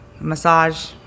massage